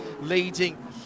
leading